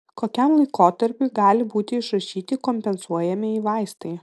kokiam laikotarpiui gali būti išrašyti kompensuojamieji vaistai